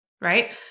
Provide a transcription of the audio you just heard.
right